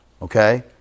Okay